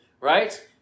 right